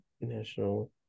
national